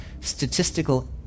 statistical